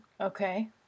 Okay